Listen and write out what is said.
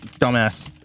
Dumbass